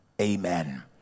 amen